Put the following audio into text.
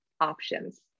options